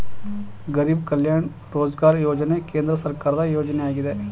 ಗರಿಬ್ ಕಲ್ಯಾಣ ರೋಜ್ಗಾರ್ ಯೋಜನೆ ಕೇಂದ್ರ ಸರ್ಕಾರದ ಯೋಜನೆಯಾಗಿದೆ